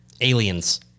Aliens